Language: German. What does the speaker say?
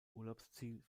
urlaubsziel